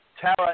Tara